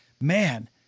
man